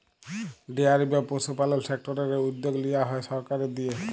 dairy বা পশুপালল সেক্টরের এই উদ্যগ লিয়া হ্যয় সরকারের দিঁয়ে